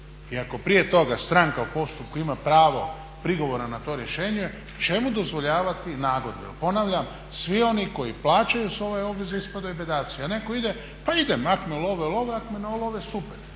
ako prije toga stranka u postupku ima pravo prigovara na to rješenje čemu dozvoljavati nagodbe? Jer ponavljam svi oni koji plaćaju svoje obveze ispadaju bedaci, a neko ide pa idem ako me ulove ulove, ak me ne ulove super.